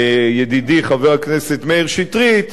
ידידי חבר הכנסת מאיר שטרית,